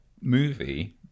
movie